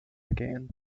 again